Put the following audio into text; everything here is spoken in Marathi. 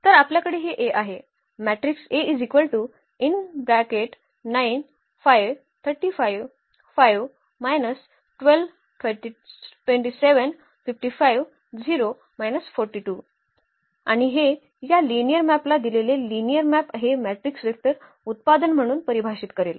मॅट्रिक्स आणि हे या लिनिअर मॅपला दिलेले लिनिअर मॅप हे मॅट्रिक्स वेक्टर उत्पादन म्हणून परिभाषित करेल